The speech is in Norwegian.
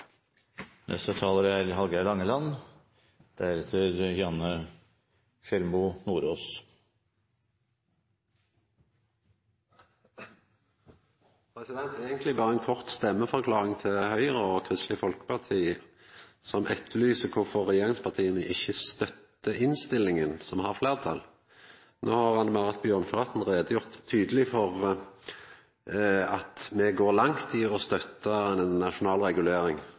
eigentleg berre ei kort stemmeforklaring til Høgre og Kristeleg Folkeparti, som etterlyser kvifor regjeringspartia ikkje støttar fleirtalsinnstillinga. No har Anne Marit Bjørnflaten tydeleg gjort greie for at me går langt i å støtte ei nasjonal regulering.